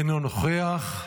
אינו נוכח,